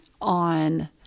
on